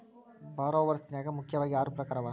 ಭಾರೊವರ್ಸ್ ನ್ಯಾಗ ಮುಖ್ಯಾವಗಿ ಆರು ಪ್ರಕಾರವ